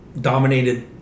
dominated